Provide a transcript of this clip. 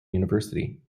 university